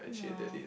no